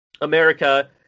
America